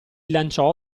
lanciò